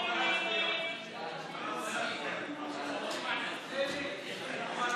הרשימה המשותפת להביע אי-אמון